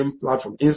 platform